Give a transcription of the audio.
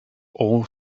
all